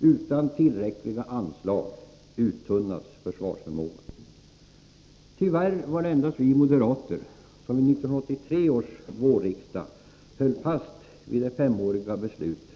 Utan tillräckliga anslag uttunnas försvarsförmågan. Tyvärr var det endast vi moderater som vid 1983 års vårriksdag höll fast vid det femåriga beslut